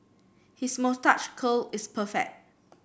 his moustache curl is perfect